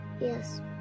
Yes